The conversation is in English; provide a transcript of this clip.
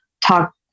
talk